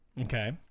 Okay